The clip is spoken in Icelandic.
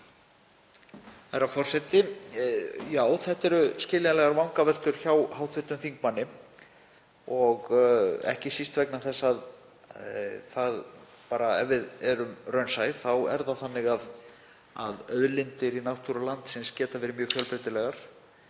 Herra forseti. Já, þetta eru skiljanlegar vangaveltur hjá hv. þingmanni og ekki síst vegna þess að ef við erum raunsæ þá er það þannig að auðlindir í náttúru landsins geta verið mjög fjölbreytilegar.